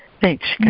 Thanks